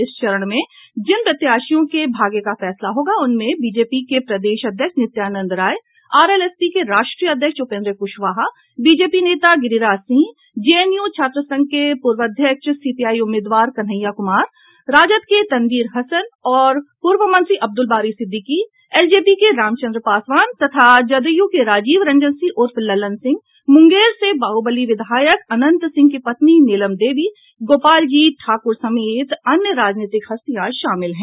इस चरण में जिन प्रत्याशियों के भाग्य का फैसला होगा उनमें बीजेपी के प्रदेश अध्यक्ष नित्यानंद राय आरएलएसपी के राष्ट्रीय अध्यक्ष उपेंद्र क्शवाहा बीजेपी नेता गिरिराज सिंह जेएनयू छात्र संघ के पूर्व अध्यक्ष सीपीआई उम्मीदवार कन्हैया कुमार राजद के तनवीर हसन और पूर्व मंत्री अब्दुल बारी सिद्दिकी एलजेपी के रामचंद्र पासवान तथा जदयू के राजीव रंजन सिंह उर्फ ललन सिंह मुंगेर से बाहुबली विधायक अनंत सिंह की पत्नी कांग्रेस की नीलम देवी दरभंगा से भाजपा के गोपाल जी ठाकुर समेत अन्य राजनीतिक हस्तियां शामिल हैं